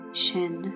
shin